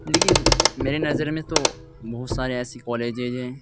لیکن میرے نظر میں تو بہت سارے ایسی کالجج ہیں